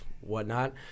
whatnot